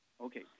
Okay